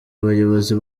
abayobozi